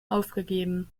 aufgegeben